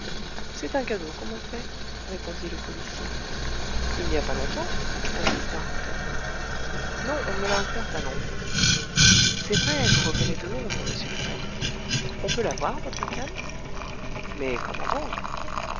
c'est un cadeau répondit le policier il n'y a pas longtemps insista rouletabille non on me l'a offerte à londres c'est vrai vous revenez de londres monsieur fred on peut la voir votre canne mais comment donc